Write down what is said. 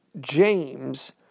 James